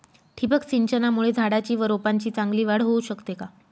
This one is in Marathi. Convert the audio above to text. ठिबक सिंचनामुळे झाडाची व रोपांची चांगली वाढ होऊ शकते का?